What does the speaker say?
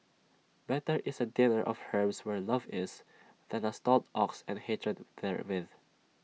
better is A dinner of herbs where love is than A stalled ox and hatred therewith